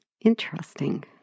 interesting